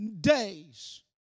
days